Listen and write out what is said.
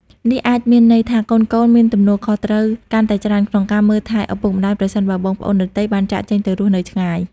នេះអាចមានន័យថាកូនម្នាក់ៗមានទំនួលខុសត្រូវកាន់តែច្រើនក្នុងការមើលថែឪពុកម្តាយ ប្រសិនបើបងប្អូនដទៃបានចាកចេញទៅរស់នៅឆ្ងាយ។